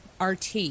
RT